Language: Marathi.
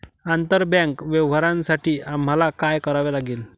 आंतरबँक व्यवहारांसाठी आम्हाला काय करावे लागेल?